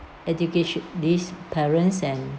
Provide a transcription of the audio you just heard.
educatio~ these parents and